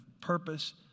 purpose